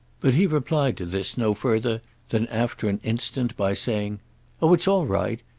but he replied to this no further than, after an instant, by saying oh it's all right.